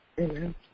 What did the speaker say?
Amen